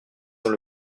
dans